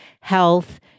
health